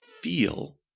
feel